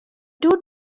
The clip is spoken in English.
two